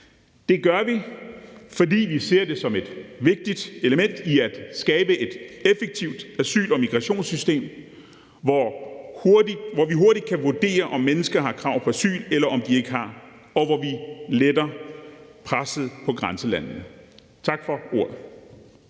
det gør vi, fordi vi ser det som et vigtigt element i at skabe et effektivt asyl- og migrationssystem, hvor vi hurtigt kan vurdere, om mennesker har krav på asyl, eller om de ikke har det, og hvor vi letter presset på grænselandene. Tak for ordet.